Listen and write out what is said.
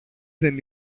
δεν